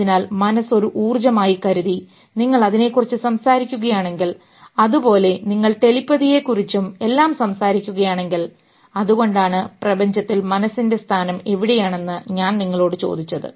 അതിനാൽ മനസ്സ് ഒരു ഊർജ്ജമായി കരുതി നിങ്ങൾ അതിനെക്കുറിച്ച് സംസാരിക്കുകയാണെങ്കിൽ അത് പോലെ നിങ്ങൾ ടെലിപതിയെക്കുറിച്ചും എല്ലാം സംസാരിക്കുകയാണെങ്കിൽ അതുകൊണ്ടാണ് പ്രപഞ്ചത്തിൽ മനസ്സിന്റെ സ്ഥാനം എവിടെയാണെന്ന് ഞാൻ നിങ്ങളോട് ചോദിച്ചത്